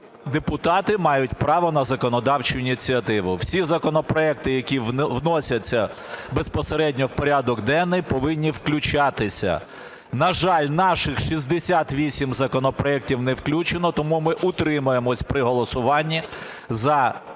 депутати мають право на законодавчу ініціативу. Всі законопроекти, які вносяться безпосередньо в порядок денний, повинні включатися. На жаль, наші 68 законопроектів не включено. Тому ми утримаємось при голосуванні за